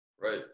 Right